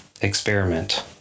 experiment